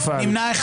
נפל.